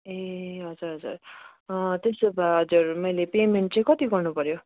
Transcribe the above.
ए हजुर हजुर त्यसो भए हजुर मैले पेमेन्ट चाहिँ कति गर्नु पऱ्यो